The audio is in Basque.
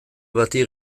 bati